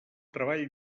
treball